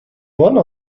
one